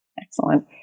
Excellent